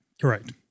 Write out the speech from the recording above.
Correct